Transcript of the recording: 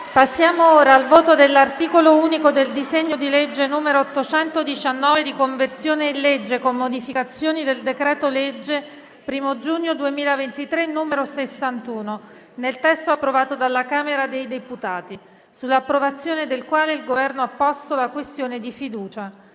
nominale con appello dell'articolo unico del disegno di legge n. 819, di conversione in legge, con modificazioni, del decreto-legge 1° giugno 2023, n. 61, nel testo approvato dalla Camera dei deputati, sull'approvazione del quale il Governo ha posto la questione di fiducia: